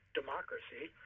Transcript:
democracy